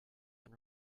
and